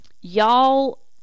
y'all